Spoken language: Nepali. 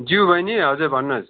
ज्यू बहिनी हजुर भन्नुहोस्